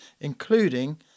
including